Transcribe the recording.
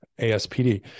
ASPD